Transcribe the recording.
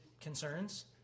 concerns